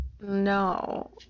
no